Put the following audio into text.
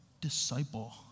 disciple